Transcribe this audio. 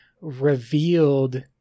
revealed